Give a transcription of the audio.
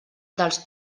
dels